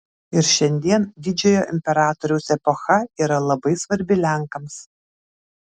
ir šiandien didžiojo imperatoriaus epocha yra labai svarbi lenkams